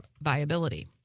viability